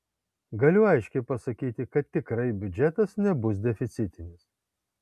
galiu aiškiai pasakyti kad tikrai biudžetas nebus deficitinis